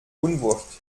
unwucht